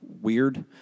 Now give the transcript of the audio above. weird